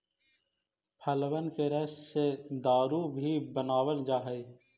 फलबन के रस से दारू भी बनाबल जा हई